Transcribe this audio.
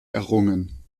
errungen